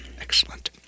excellent